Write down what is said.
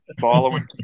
following